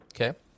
Okay